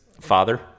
father